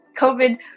COVID